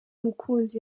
mukunzi